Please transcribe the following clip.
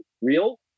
real